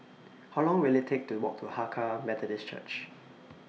How Long Will IT Take to Walk to Hakka Methodist Church